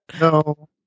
No